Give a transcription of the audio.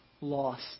lost